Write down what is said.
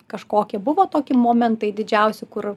kažkokie buvo tokie momentai didžiausi kur